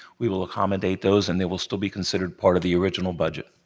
we will accommodate those and it will still be considered part of the original budget.